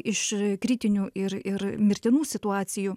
iš kritinių ir ir mirtinų situacijų